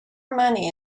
money